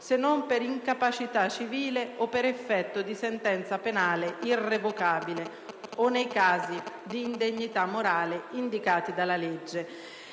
se non per incapacità civile o per effetto di sentenza penale irrevocabile o nei casi di indegnità morale indicati dalla legge;